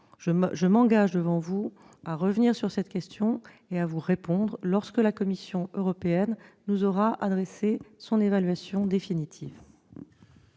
Je m'engage devant vous à revenir sur cette question et à vous répondre lorsque la Commission européenne nous aura adressé son évaluation définitive.